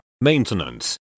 maintenance